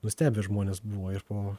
nustebę žmonės buvo ir po